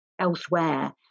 elsewhere